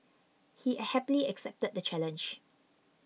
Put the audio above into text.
he happily accepted the challenge